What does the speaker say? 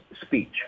speech